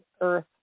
Earth